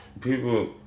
People